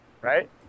right